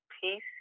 peace